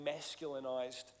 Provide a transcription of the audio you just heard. masculinized